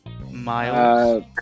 Miles